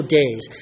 days